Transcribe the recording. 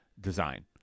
design